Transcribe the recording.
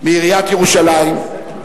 מעיריית ירושלים.